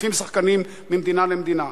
מחליפים שחקנים ממדינה למדינה.